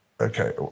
okay